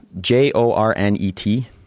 J-O-R-N-E-T